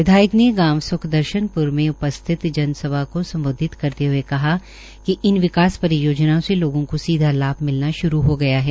विधायक ने गांव स्खदर्शनप्र में उपस्थित जनसभा को सम्बोधित करते हुए कहा कि कि इन विकास परियोजनाओं से लोगों को सीधा लाभ मिलना श्रू हो गया है